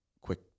quick